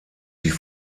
sie